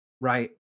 right